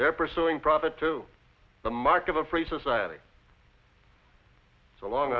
they're pursuing profit to the mark of a free society so long